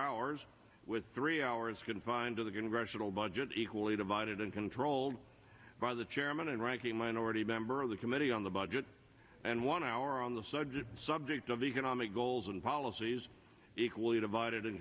hours with three hours confined to the congressional budget equally divided and controlled by the chairman and ranking minority member of the committee on the budget and one hour on the subject subject of economic goals and policies equally divided